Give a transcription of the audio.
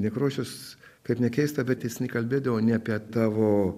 nekrošius kaip ne keista bet jis kalbėdavo ne apie tavo